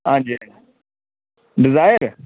आं जी आं जी डिजायर